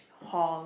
hall